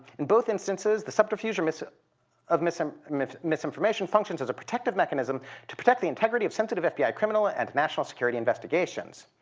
in both instances, the subterfuge um so of misinformation misinformation functions as a protective mechanism to protect the integrity of sensitive fbi criminal and national security investigations.